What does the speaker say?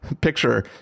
picture